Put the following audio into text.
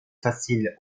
facile